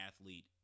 athlete